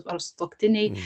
ar sutuoktinei